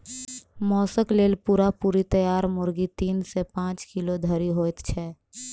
मौसक लेल पूरा पूरी तैयार मुर्गी तीन सॅ पांच किलो धरि होइत छै